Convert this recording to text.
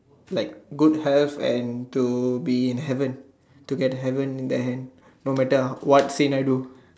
like good health and to be in heaven to get heaven then no matter what sin I do